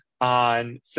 on